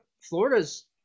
Florida's